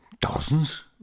dozens